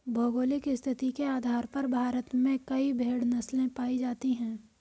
भौगोलिक स्थिति के आधार पर भारत में कई भेड़ नस्लें पाई जाती हैं